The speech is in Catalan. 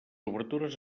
obertures